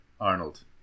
Arnold